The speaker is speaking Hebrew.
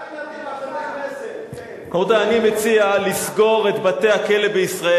רבותי, אני מציע לסגור את בתי-הכלא בישראל.